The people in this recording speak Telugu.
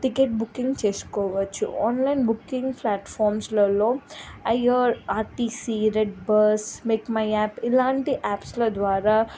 టికెట్ బుకింగ్ చేసుకోవచ్చు ఆన్లైన్ బుకింగ్ ప్లాట్ఫార్మ్స్లో IRCTC red bus make my app ఇలాంటి యాప్స్ల ద్వారా